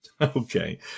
Okay